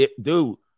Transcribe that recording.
dude